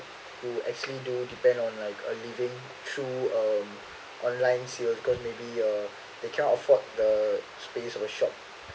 who actually do depend on uh living through um online sale because maybe uh they cannot afford the space of a shop